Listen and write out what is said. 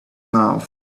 mouth